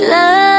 Love